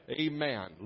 Amen